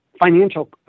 Financial